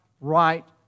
right